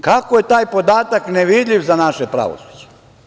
Kako je taj podatak nevidljiv za naše pravosuđe?